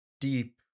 deep